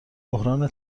بحران